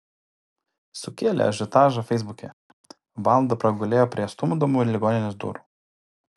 sukėlė ažiotažą feisbuke valandą pragulėjo prie stumdomų ligoninės durų